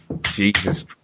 Jesus